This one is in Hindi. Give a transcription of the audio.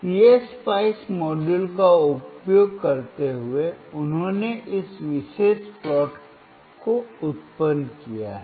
Refer Time 3010 इस PSpice मॉडल का उपयोग करते हुए उन्होंने इस विशेष प्लॉट को उत्पन्न किया है